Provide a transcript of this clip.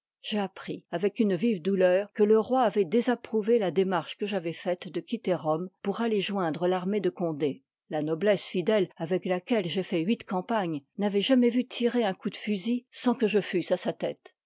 j'ai appris avec une vive douleur que i le roi avoit désapprouvé la démarche que j'avois faite de quitter rome pour aller joindre l'armée de condé la noblesse fidèle avec laquelle j'ai fait huit campagnes n'avoit jamais vu tirer un coup de fusil sans que je fusse à sa tête